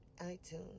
iTunes